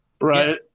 Right